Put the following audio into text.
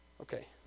Okay